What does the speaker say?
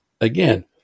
again